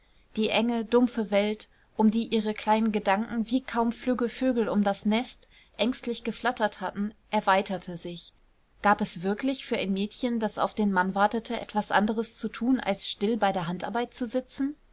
die enge dumpfe welt um die ihre kleinen gedanken wie kaum flügge vögel um das nest ängstlich geflattert hatten erweiterte sich gab es wirklich für ein mädchen das auf den mann wartete etwas anderes zu tun als still bei der handarbeit zu sitzen